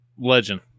Legend